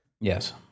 Yes